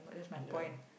ya